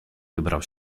wybrał